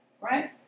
right